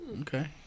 Okay